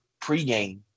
pregame